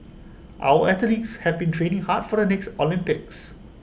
our athletes have been training hard for the next Olympics